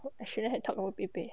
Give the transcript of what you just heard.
oh I shouldn't have talk about 背背